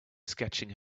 sketching